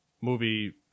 Movie